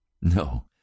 No